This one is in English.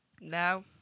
no